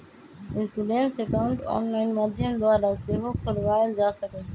insurance account online माध्यम द्वारा सेहो खोलबायल जा सकइ छइ